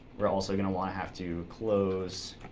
we're also going to want to have to close